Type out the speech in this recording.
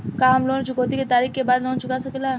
का हम लोन चुकौती के तारीख के बाद लोन चूका सकेला?